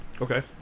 Okay